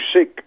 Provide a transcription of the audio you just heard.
sick